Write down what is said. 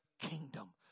kingdom